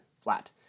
flat